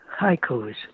haikus